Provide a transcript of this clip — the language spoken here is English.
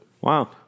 Wow